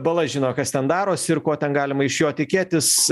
bala žino kas ten darosi ir ko ten galima iš jo tikėtis